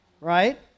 right